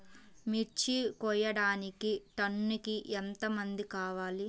మిర్చి కోయడానికి టన్నుకి ఎంత మంది కావాలి?